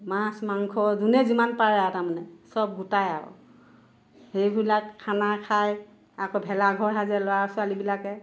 মাছ মাংস যোনে যিমান পাৰে আৰু তাৰমানে চব গোটাই আৰু সেইবিলাক খানা খাই আকৌ ভেলা ঘৰ সাজে ল'ৰা ছোৱালীবিলাকে